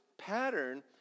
pattern